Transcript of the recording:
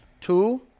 Two